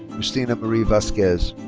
christina marie vazquez.